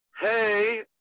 hey